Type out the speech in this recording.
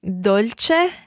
Dolce